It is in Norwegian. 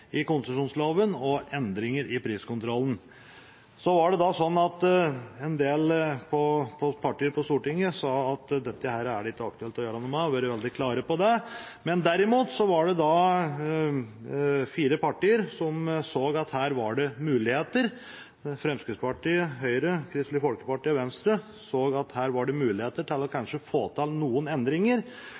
i konsesjonsloven og endringer i priskontrollen. Så var det sånn at en del partier på Stortinget sa at dette er det ikke aktuelt å gjøre noe med, og har vært veldig klare på det. Men derimot var det fire partier – Fremskrittspartiet, Høyre, Kristelig Folkeparti og Venstre – som så at her var det muligheter til kanskje å få til noen endringer,